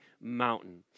mountain